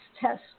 Test